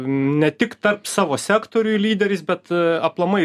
ne tik tarp savo sektorių lyderis bet aplamai